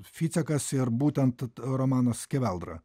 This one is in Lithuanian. ficekas ir būtent romanas skeveldra